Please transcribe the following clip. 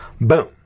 Boom